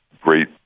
great